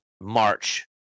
march